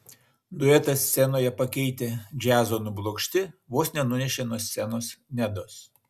duetą scenoje pakeitę džiazo nublokšti vos nenunešė nuo scenos nedos